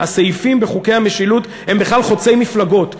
הסעיפים בחוקי המשילות הם בכלל חוצי מפלגות.